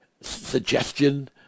suggestion